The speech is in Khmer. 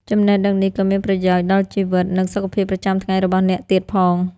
ចំណេះដឹងនេះក៏មានប្រយោជន៍ដល់ជីវិត និងសុខភាពប្រចាំថ្ងៃរបស់អ្នកទៀតផង។